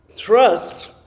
trust